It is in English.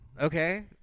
okay